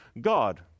God